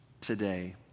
today